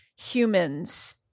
humans